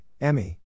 Emmy